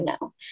no